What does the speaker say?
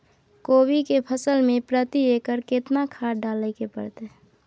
कोबी के फसल मे प्रति एकर केतना खाद डालय के परतय?